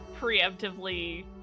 preemptively